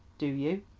do you?